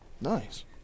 Nice